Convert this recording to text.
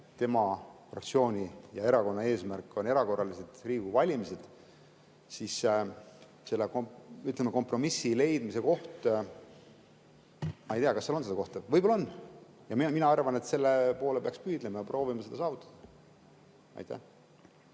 tema fraktsiooni ja erakonna eesmärk on erakorralised Riigikogu valimised, selle kompromissi leidmise koht – ma ei tea, kas seal on seda kohta. Võib-olla on! Mina arvan, et selle poole peaks püüdlema ja proovima seda saavutada. Aitäh!